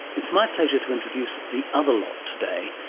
it's my pleasure to introduce the other lot today,